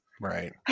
Right